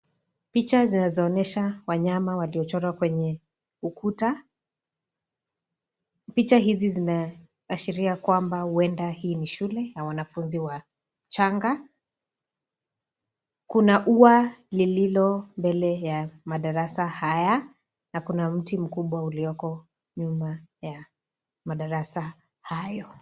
Picha zinazoonyesha wanyama waliochorwa kwenye ukuta. Picha hizi zinashiria kwamba huenda hii ni shule ya wanafunzi wachanga. Kuna ua lililombele ya madarasa haya na kuna mti mkubwa ulioko nyuma ya madalasa hayo.